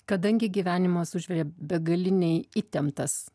kadangi gyvenimas užvirė begaliniai įtemptas